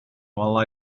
while